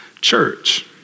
church